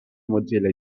mozilla